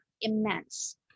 immense